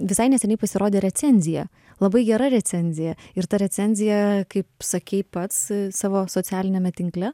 visai neseniai pasirodė recenzija labai gera recenzija ir ta recenzija kaip sakei pats savo socialiniame tinkle